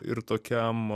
ir tokiam